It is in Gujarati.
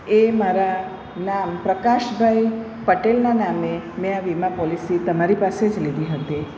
એ મારા નામ પ્રકાશભાઈ પટેલનાં નામે મેં આ વીમા પોલિસી તમારી પાસે જ લીધી હતી